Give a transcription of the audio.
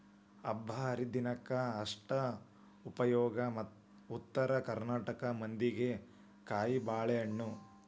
ಹಬ್ಬಾಹರಿದಿನಕ್ಕ ಅಷ್ಟ ಉಪಯೋಗ ಉತ್ತರ ಕರ್ನಾಟಕ ಮಂದಿಗೆ ಕಾಯಿಬಾಳೇಹಣ್ಣ